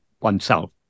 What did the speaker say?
oneself